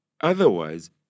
Otherwise